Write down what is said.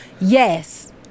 yes